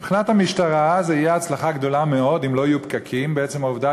מבחינת המשטרה זו תהיה הצלחה גדולה מאוד אם לא יהיו פקקים בעצם העובדה